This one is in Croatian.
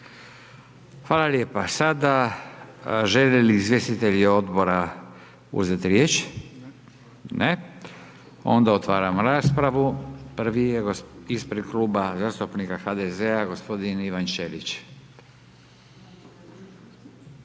Hvala lijepa. Sada žele li izvjestitelji Odbora uzeti riječ? Ne. Onda otvaram raspravu. Prvi je ispred Kluba zastupnika HDZ-a gospodin Ivan Ćelić.